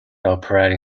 operating